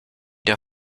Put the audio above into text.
der